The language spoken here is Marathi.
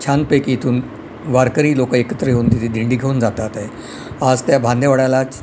छानपैकी इथून वारकरी लोक एकत्र येऊन तिथे दिंडी घेऊन जातात आहे आज त्या भांदेवाड्यालाच